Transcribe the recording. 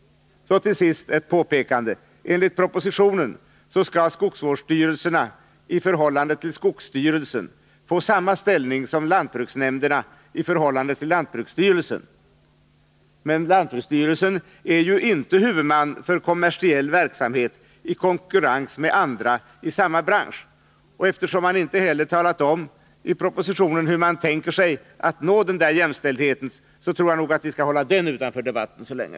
Så till sist ett påpekande. Enligt propositionen skall skogsvårdsstyrelsena i förhållande till skogsstyrelsen få samma ställning som lantsbruksnämnderna i förhållande till lantbruksstyrelsen — men denna är ju inte huvudman för kommersiell verksamhet i konkurrens med andra i samma bransch, och eftersom man inte heller talat om i propositionen, hur man tänker sig att nå den jämställdheten, skall vi nog hålla den utanför debatten så länge.